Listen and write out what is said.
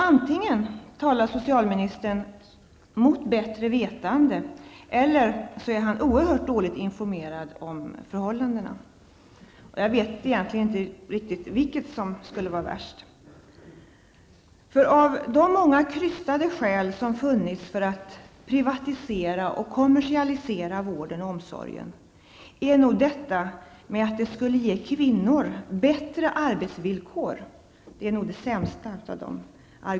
Antingen talar socialministern mot bättre vetande eller också är han oerhört dåligt informerad om förhållandena. Jag vet egentligen inte vad som är värst. Av de många krystade skäl som har funnits för att privatisera och kommersialisera vården och omsorgen är nog argumentet att det skulle ge kvinnor bättre arbetsvillkor det sämsta.